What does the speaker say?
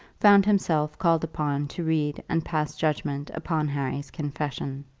found himself called upon to read and pass judgment upon harry's confession.